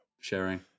Sharing